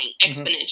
exponentially